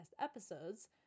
episodes